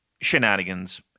shenanigans